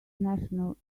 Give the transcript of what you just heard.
national